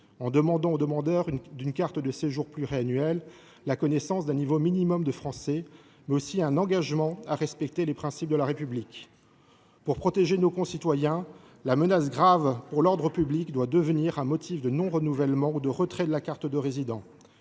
en demandant aux demandeurs d’une carte de séjour pluriannuelle la connaissance d’un niveau minimum de français, mais aussi un engagement à respecter les principes de la République. Pour protéger nos concitoyens, la menace grave pour l’ordre public doit devenir un motif de non renouvellement ou de retrait de la carte de résident.